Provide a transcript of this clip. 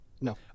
no